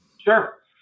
Sure